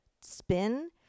spin